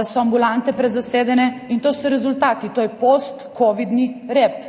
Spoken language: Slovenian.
da so ambulante prezasedene, in to so rezultati, to je postkovidni rep,